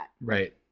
Right